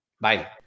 Bye